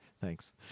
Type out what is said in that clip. thanks